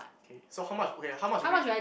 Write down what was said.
okay so how much okay how much will you